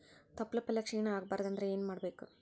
ತೊಪ್ಲಪಲ್ಯ ಕ್ಷೀಣ ಆಗಬಾರದು ಅಂದ್ರ ಏನ ಮಾಡಬೇಕು?